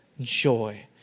joy